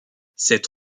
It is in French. cette